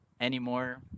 anymore